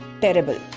terrible